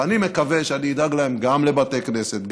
ואני מקווה שאני אדאג להם גם לבתי כנסת,